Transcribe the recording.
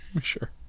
Sure